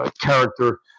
character